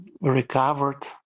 recovered